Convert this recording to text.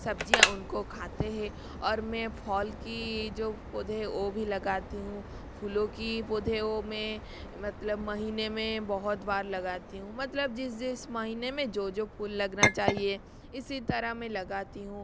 सब्जियाँ उनको खाते हे और मैं फाॅल की जो पौधे है वो भी लगाती हूँ फूलों की पौधे वो मैं मतलब महीने में बहुत बार लगाती हूँ मतलब जिस जिस महीने में जो जो फूल लगना चाहिए इसी तरह मैं लगाती हूँ